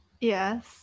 Yes